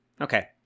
Okay